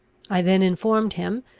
i then informed him,